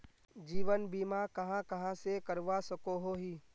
जीवन बीमा कहाँ कहाँ से करवा सकोहो ही?